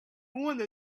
wanna